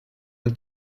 und